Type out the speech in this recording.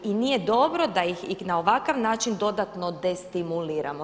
I nije dobro da ih i na ovakav način dodatno destimuliramo.